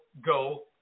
go